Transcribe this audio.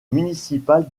municipale